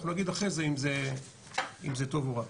אנחנו נגיד אחרי זה אם זה טוב או רע.